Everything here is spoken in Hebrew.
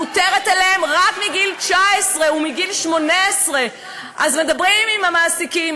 מותרת רק מגיל 19 או מגיל 18. אז מדברים עם המעסיקים,